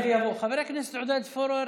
חבר הכנסת עודד פורר,